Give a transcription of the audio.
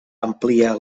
ampliar